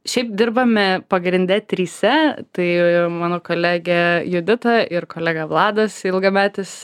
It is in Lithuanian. šiaip dirbame pagrinde trise tai mano kolegė judita ir kolega vladas ilgametis